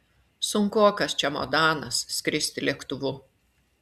sunkokas čemodanas skristi lėktuvu